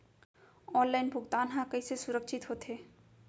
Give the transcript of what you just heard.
Online भुगतान हा कइसे सुरक्षित होथे?